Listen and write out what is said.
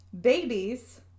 babies